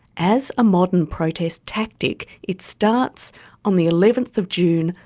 as a modern protest tactic, it starts on the eleventh of june,